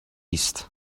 است